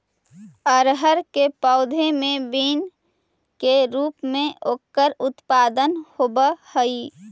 अरहर के पौधे मैं बीन के रूप में एकर उत्पादन होवअ हई